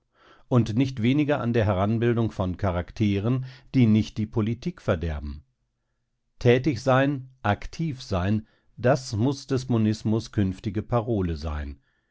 und nicht weniger an der heranbildung von charakteren die nicht die politik verderben tätig sein aktiv sein das muß des monismus künftige parole sein